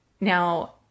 Now